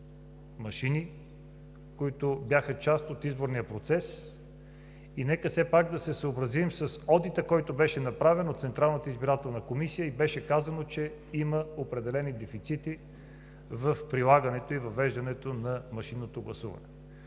машини, които бяха част от изборния процес. И нека все пак да се съобразим с одита, който беше направен от Централната избирателна комисия, и беше казано, че има определени дефицити в прилагането и въвеждането на машинното гласуване.